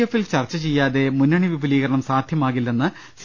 എഫിൽ ചർച്ച ചെയ്യാതെ മുന്നണി വിപുലീകരണം സാധ്യ മാകില്ലെന്ന് സി